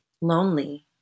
lonely